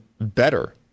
better